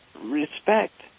respect